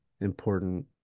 important